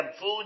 food